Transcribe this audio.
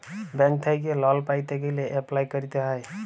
bank থ্যাইকে লল পাইতে গ্যালে এপ্লায় ক্যরতে হ্যয়